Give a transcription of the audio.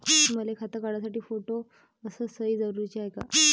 मले खातं काढासाठी फोटो अस सयी जरुरीची हाय का?